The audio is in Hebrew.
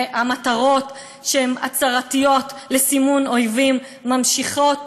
והמטרות, שהן הצהרתיות, של סימון אויבים ממשיכות